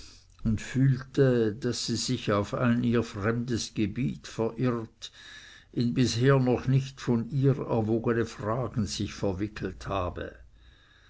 und fühlte daß sie sich auf ein ihr fremdes gebiet verirrt in bisher noch nicht von ihr erwogene fragen sich verwickelt habe